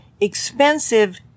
expensive